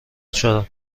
شدم